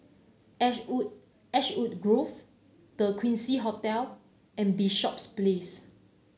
Ashwood Ashwood Grove The Quincy Hotel and Bishops Place